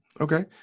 Okay